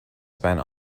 spent